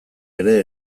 ere